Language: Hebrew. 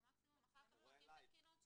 ומקסימום אחר כך בודקים את התקינות שלה.